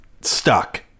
stuck